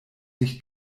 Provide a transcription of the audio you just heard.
nicht